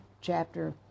chapter